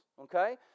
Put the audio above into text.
okay